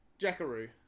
Jackaroo